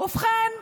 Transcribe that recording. ובכן,